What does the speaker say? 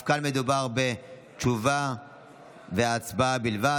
אף כאן מדובר בתשובה והצבעה בלבד,